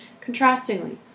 Contrastingly